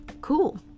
Cool